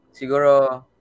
Siguro